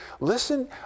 Listen